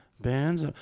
bands